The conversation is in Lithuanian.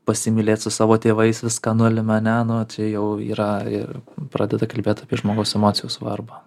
pasimylėt su savo tėvais viską nulemia ne nu jau yra ir pradeda kalbėt apie žmogaus emocijų svarbą